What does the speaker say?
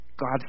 God